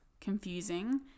confusing